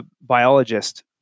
biologist